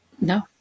No